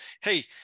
hey